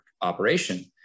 operation